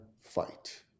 fight